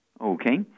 Okay